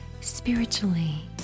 spiritually